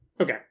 Okay